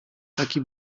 taki